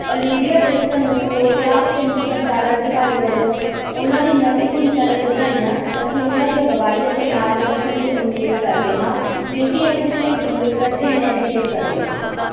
Olivia Wilson ਨੂੰ Code Craft 'ਤੇ ਮੁੱਖ ਸੰਚਾਲਨ ਅਧਿਕਾਰੀ ਵਜੋਂ ਉਨ੍ਹਾਂ ਦੀ ਨਵੀਂ ਭੂਮਿਕਾ ਲਈ ਵਧਾਈਆਂ ਅਸੀਂ ਉਨ੍ਹਾਂ ਦੀ ਅਗਵਾਈ ਅਤੇ ਮਾਰਗਦਰਸ਼ਨ ਦੀ ਉਮੀਦ ਕਰਦੇ ਹਾਂ ਕਿਉਂਕਿ ਅਸੀਂ ਭਵਿੱਖ ਨੂੰ ਇਕੱਠੇ ਨੇਵੀਗੇਟ ਕਰਦੇ ਹਾਂ